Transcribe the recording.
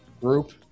group